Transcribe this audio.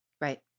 Right